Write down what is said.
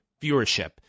viewership